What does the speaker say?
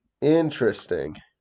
Interesting